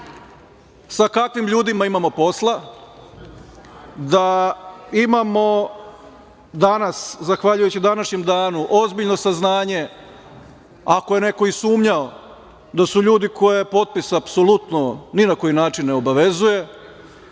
sa kakvim ljudima imamo posla, da imamo danas zahvaljujući današnjem danu ozbiljno saznanje ako je neko i sumnjao da su ljudi koje potpis apsolutno ni na koji način ne obavezuje,